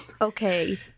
okay